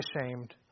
ashamed